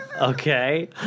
Okay